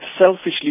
Selfishly